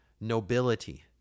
nobility